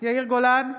יאיר גולן,